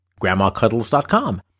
GrandmaCuddles.com